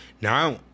Now